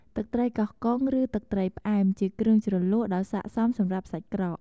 ទឹកត្រីកោះកុង ឬទឹកត្រីផ្អែមជាគ្រឿងជ្រលក់ដ៏ស័ក្តិសមសម្រាប់សាច់ក្រក។